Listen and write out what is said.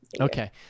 Okay